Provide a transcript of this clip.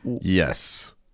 Yes